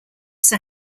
sir